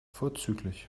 vorzüglich